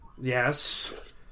Yes